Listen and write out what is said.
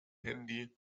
handy